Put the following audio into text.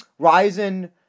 Ryzen